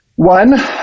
One